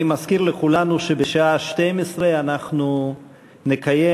אני מזכיר לכולנו שבשעה 12:00 אנחנו נקיים